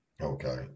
okay